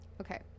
okay